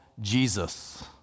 Jesus